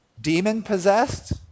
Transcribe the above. demon-possessed